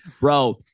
bro